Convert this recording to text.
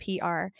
PR